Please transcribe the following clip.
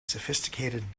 sophisticated